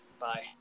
Bye